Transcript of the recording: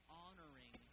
honoring